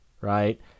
Right